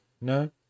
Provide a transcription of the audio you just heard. no